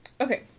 Okay